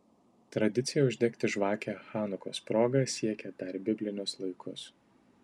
tradicija uždegti žvakę chanukos proga siekia dar biblinius laikus